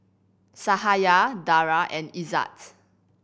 Cahaya Dara and Izzat